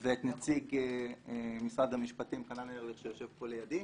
ואת נציג משרד המשפטים, חנן ארליך שיושב לידי.